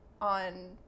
on